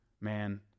man